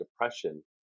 depression